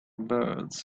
birds